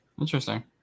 Interesting